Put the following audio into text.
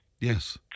Yes